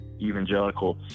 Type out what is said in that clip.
evangelical